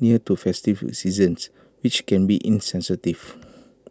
near to festive seasons which can be insensitive